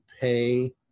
pay